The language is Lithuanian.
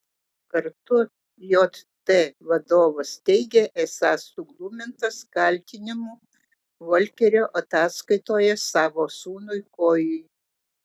kartu jt vadovas teigė esąs suglumintas kaltinimų volkerio ataskaitoje savo sūnui kojui